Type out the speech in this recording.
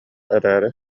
эрээри